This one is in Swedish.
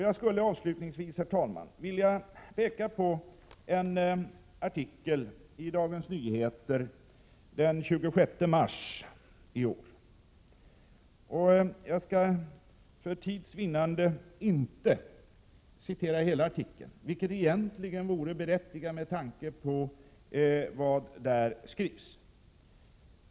Jag skulle avslutningsvis, herr talman, vilja peka på en artikel i Dagens Nyheter den 26 mars i år. Jag skall för tids vinnande inte citera hela artikeln, vilket egentligen vore berättigat med tanke på vad där skrivs.